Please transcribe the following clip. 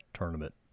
tournament